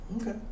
Okay